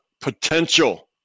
potential